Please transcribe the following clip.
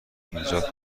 ایجاد